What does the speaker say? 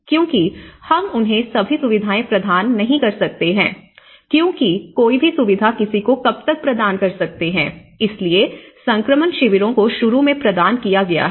क्योंकि हम उन्हें सभी सुविधाएं प्रदान नहीं कर सकते हैं क्योंकि कोई भी सुविधा किसी को कब तक प्रदान कर सकते हैं इसलिए संक्रमण शिविरों को शुरू में प्रदान किया गया है